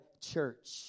church